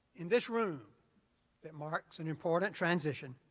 in this room that marks an important transition,